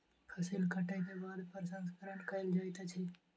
फसिल कटै के बाद प्रसंस्करण कयल जाइत अछि